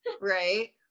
Right